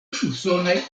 usonaj